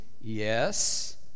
Yes